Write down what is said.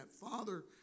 Father